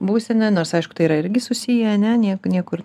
būseną nors aišku tai yra irgi susiję ane nie niekur